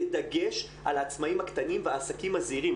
בדגש על העצמאים הקטנים והעסקים הזעירים,